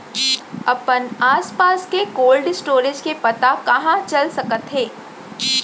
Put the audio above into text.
अपन आसपास के कोल्ड स्टोरेज के पता कहाँ चल सकत हे?